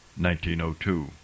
1902